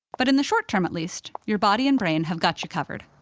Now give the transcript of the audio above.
but in the short term, at least, your body and brain have got you covered,